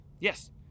Yes